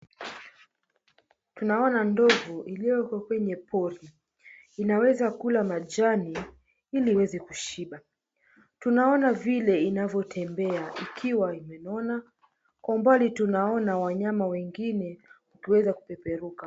Tunaona ndovu iliyoko kwenye pori inaweza kula majani iliiwezekushiba, tunaona vile inavyotembea ikiwaimenona kwa umbali tunaona wanyama wengine wakiweza kupeperuka.